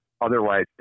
otherwise